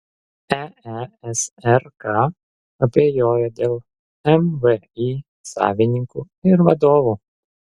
eesrk abejoja dėl mvį savininkų ir vadovų